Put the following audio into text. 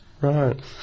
Right